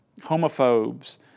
homophobes